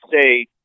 say